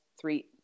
three –